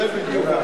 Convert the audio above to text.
זה בדיוק.